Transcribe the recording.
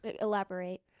elaborate